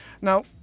Now